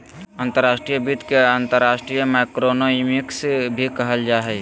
अंतर्राष्ट्रीय वित्त के अंतर्राष्ट्रीय माइक्रोइकोनॉमिक्स भी कहल जा हय